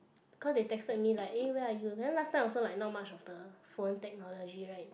cause they texted me like eh where are you then last time also like not much of the phone technology right